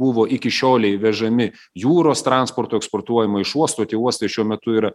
buvo iki šiolei vežami jūros transportu eksportuojama iš uostų tie uostai šiuo metu yra